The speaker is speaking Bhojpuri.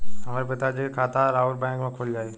हमरे पिता जी के खाता राउर बैंक में खुल जाई?